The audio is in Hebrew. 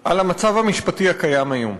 על המצב המשפטי הקיים היום?